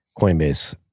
Coinbase